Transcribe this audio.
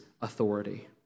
authority